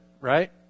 right